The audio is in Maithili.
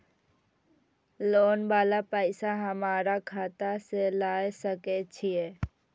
लोन वाला पैसा हमरा खाता से लाय सके छीये?